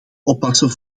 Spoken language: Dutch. oppassen